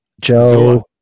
Joe